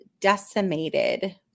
decimated